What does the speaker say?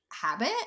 habit